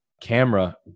camera